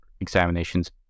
examinations